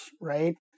right